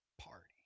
party